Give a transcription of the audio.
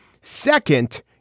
Second